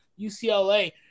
UCLA